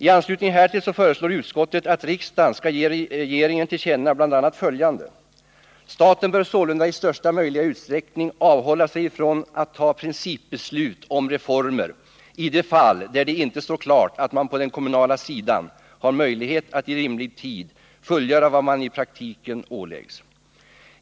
I anslutning härtill föreslår utskottet att riksdagen skall ge regeringen till känna bl.a. följande: Staten bör i största möjliga utsträckning avhålla sig från att ta principbeslut om reformer i de fall där det inte står klart att man på den kommunala sidan har möjlighet att i rimlig tid fullgöra vad man i praktiken åläggs.